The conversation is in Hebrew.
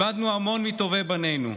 איבדנו המון מטובי בנינו.